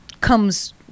comes